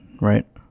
right